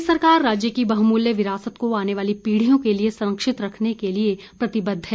प्रदेश सरकार राज्य की बहुमूल्य विरासत को आने वाली पीढ़ियों के लिए संरक्षित करने के लिए प्रतिबद्ध है